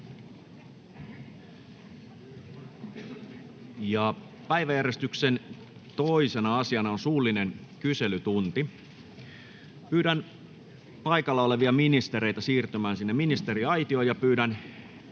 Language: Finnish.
Päiväjärjestyksen 2. asiana on suullinen kyselytunti. Pyydän paikalla olevia ministereitä siirtymään ministeriaitioon.